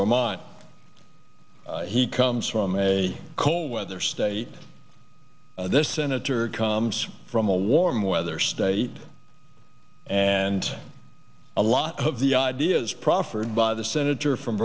vermont he comes from a cold weather state this senator comes from a warm weather state and a lot of the ideas proffered by the senator from